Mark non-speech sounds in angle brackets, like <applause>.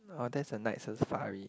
orh that's a night <noise> safari